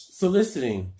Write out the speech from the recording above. soliciting